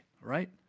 Right